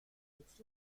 its